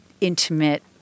intimate